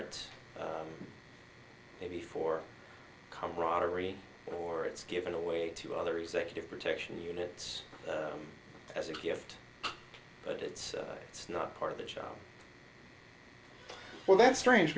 it may be for camaraderie or it's given away to other executive protection units as a gift but it's it's not part of the job well that's strange